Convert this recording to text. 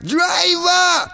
Driver